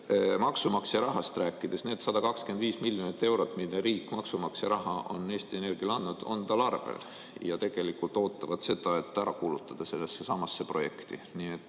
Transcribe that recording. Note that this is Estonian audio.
Maksumaksja rahast rääkides, need 125 miljonit eurot maksumaksja raha, mille riik on Eesti Energiale andnud, on tal arvel ja tegelikult ootavad seda, et ära kulutada sellessesamasse projekti.